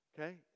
Okay